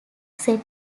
set